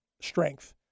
strength